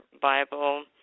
Bible